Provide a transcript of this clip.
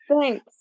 Thanks